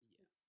Yes